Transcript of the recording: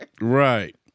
Right